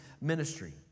ministry